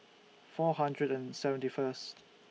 four hundred and seventy First